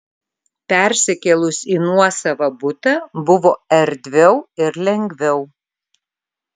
persikėlus į nuosavą butą buvo erdviau ir lengviau